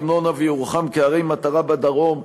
דימונה וירוחם כערי מטרה בדרום,